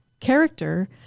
character